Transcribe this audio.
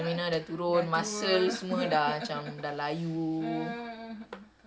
dah lama I tak joget penat gila sia I was like ugh